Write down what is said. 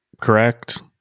correct